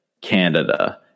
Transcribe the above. Canada